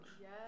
yes